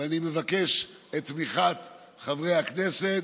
ואני מבקש את תמיכת חברי הכנסת.